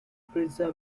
pizza